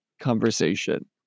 conversation